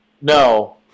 No